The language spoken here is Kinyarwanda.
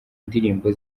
ndirimbo